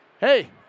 hey